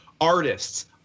artists